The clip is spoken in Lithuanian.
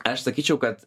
aš sakyčiau kad